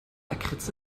lakritz